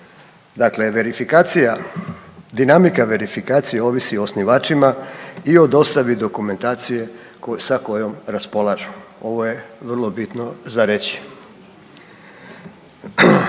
Dakle verifikacija, dinamika verifikacije ovisi o osnivačima i o dostavi dokumentacije koje, sa kojom raspolažu. Ovo je vrlo bitno za reći.